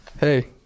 Hey